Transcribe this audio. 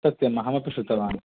सत्यम् अहमपि श्रुतवान्